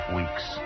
weeks